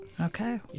Okay